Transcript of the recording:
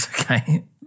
Okay